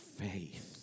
faith